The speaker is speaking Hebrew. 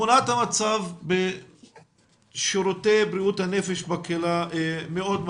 תמונת המצב בשירותי בריאות הנפש בקהילה מאוד מדאיגה.